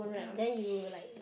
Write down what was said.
!ouch!